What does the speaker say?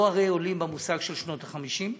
לא ערי עולים במושג של שנות ה-50,